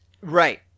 Right